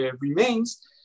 remains